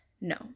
No